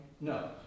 No